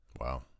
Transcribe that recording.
Wow